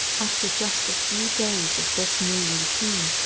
after just a few days of this new routine,